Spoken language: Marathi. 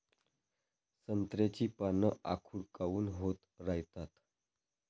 संत्र्याची पान आखूड काऊन होत रायतात?